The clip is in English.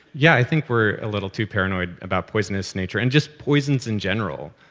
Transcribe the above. yeah, i think we're a little too paranoid about poisonous nature, and just poisons in general.